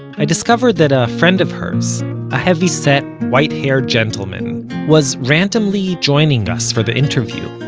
i discovered that a friend of hers a heavy-set, white-haired gentleman was randomly joining us for the interview.